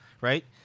right